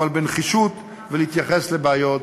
אבל בנחישות, ולהתייחס לבעיות